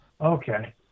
Okay